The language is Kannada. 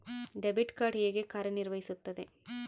ಡೆಬಿಟ್ ಕಾರ್ಡ್ ಹೇಗೆ ಕಾರ್ಯನಿರ್ವಹಿಸುತ್ತದೆ?